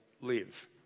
live